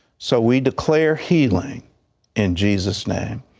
so we declare healing in jesus's name.